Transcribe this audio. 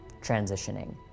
transitioning